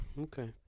Okay